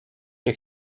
się